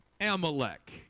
amalek